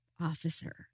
officer